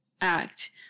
act